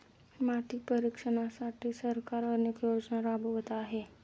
माती परीक्षणासाठी सरकार अनेक योजना राबवत आहे